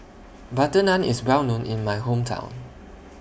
Butter Naan IS Well known in My Hometown